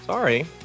Sorry